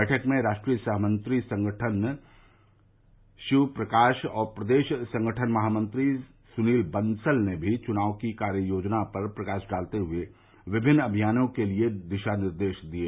बैठक में राष्ट्रीय सह महामंत्री संगठन शिव प्रकाश और प्रदेश संगठन महामंत्री सुनील बंसल ने भी चुनाव की कार्य योजना पर प्रकाश डालते हुए विभिन्न अभियानों के लिए दिशा निर्देश दिये